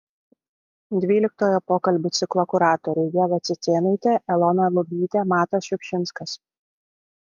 dvyliktojo pokalbių ciklo kuratoriai ieva cicėnaitė elona lubytė matas šiupšinskas